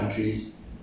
!wow!